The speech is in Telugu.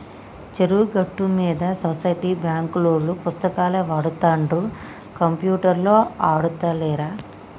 చెరువు గట్టు మీద సొసైటీ బాంకులోల్లు పుస్తకాలే వాడుతుండ్ర కంప్యూటర్లు ఆడుతాలేరా